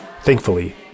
Thankfully